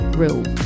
rule